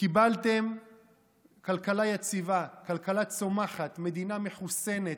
קיבלתם כלכלה יציבה, כלכלה צומחת, מדינה מחוסנת,